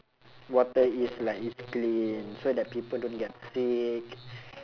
water is like it's clean so that people don't get sick